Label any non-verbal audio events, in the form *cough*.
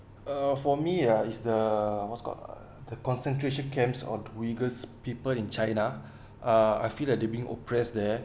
uh for me ah is the what's called uh the concentration camps or the uighurs people in china *breath* ah I feel that they being oppressed there